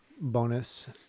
bonus